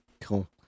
cool